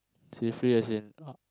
safely as in uh